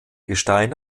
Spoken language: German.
gestein